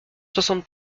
soixante